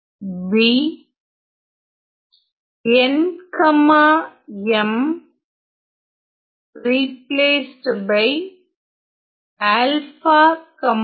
b